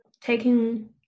taking